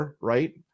right